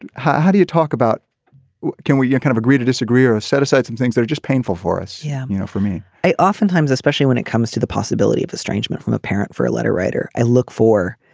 how how do you talk about can you kind of agree to disagree or set aside some things that are just painful for us yeah you know for me i oftentimes especially when it comes to the possibility of estrangement from a parent for a letter writer. i look for